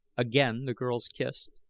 again the girls kissed.